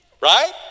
right